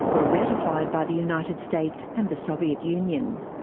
were ratified by the united states and the soviet union.